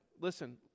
Listen